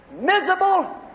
miserable